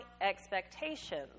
expectations